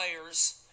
players